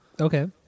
Okay